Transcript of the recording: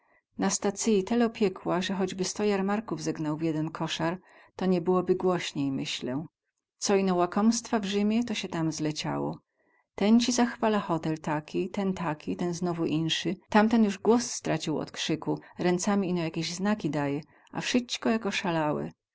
na stacyi telo piekła ze choćby sto jarmaków zegnał w jeden kosar to nie byłoby głośniej myślę co ino łakomstwa w rzymie to sie tam zleciało ten ci zachwala hotel taki ten taki ten znowu insy tamten juz głos stracił od krzyku ręcami ino jakieś znaki daje a wsyćko jak osalałe